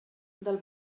del